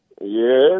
Yes